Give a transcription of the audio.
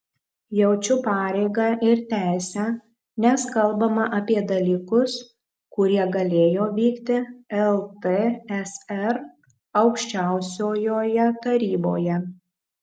jaučiu pareigą ir teisę nes kalbama apie dalykus kurie galėjo vykti ltsr aukščiausiojoje taryboje